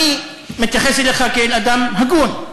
אני מתייחס אליך כאל אדם הגון,